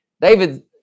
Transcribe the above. David